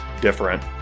different